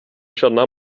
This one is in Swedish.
känna